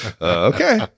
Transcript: Okay